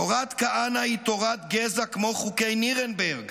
תורת כהנא היא "תורת גזע כמו חוקי נירנברג",